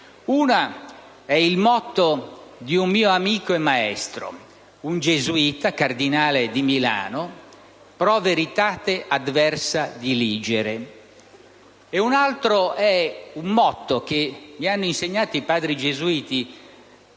Una è il motto di un mio amico e maestro, un gesuita, cardinale di Milano: *pro veritate adversa diligere*. Un altro è un motto che mi hanno insegnato i padri gesuiti